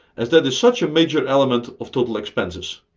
as that is such a major element of total expenses.